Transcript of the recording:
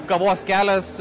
kavos kelias